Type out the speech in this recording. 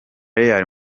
real